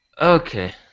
Okay